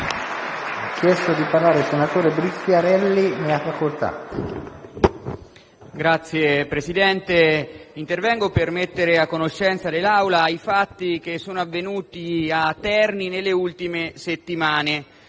Signor Presidente, intervengo per mettere a conoscenza l'Assemblea dei fatti che sono avvenuti a Terni nelle ultime settimane.